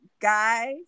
guys